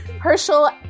Herschel